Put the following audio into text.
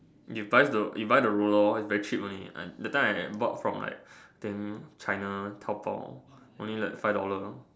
you buy the you buy the roller lor very cheap only that time I bought from like think China Taobao only like five dollar lor